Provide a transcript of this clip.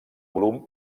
volum